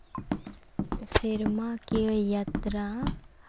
ᱥᱮᱨᱢᱟᱠᱤᱭᱟᱹ ᱡᱟᱛᱨᱟ